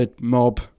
mob